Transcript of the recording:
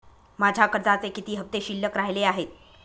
माझ्या कर्जाचे किती हफ्ते शिल्लक राहिले आहेत?